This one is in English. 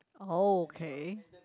oh K